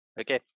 okay